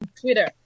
Twitter